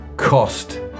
cost